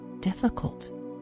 difficult